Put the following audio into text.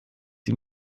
sie